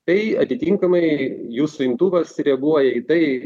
tai atitinkamai jūsų imtuvas reaguoja į tai